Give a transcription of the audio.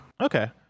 Okay